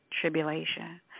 tribulation